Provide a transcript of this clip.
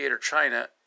China